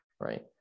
right